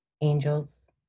angels